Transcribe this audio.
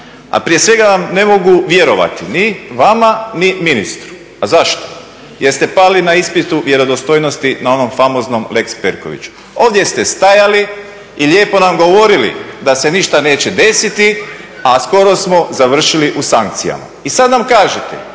A prije svega ne mogu vjerovati ni vama ni ministru. A zašto? Jer ste pali na ispitu vjerodostojnosti na onom famoznom Lex Perkoviću. Ovdje ste stajali i lijepo nam govorili da se ništa neće desiti, a skoro smo završili u sankcijama. I sad nam kažete